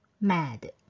mad